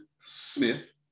Smith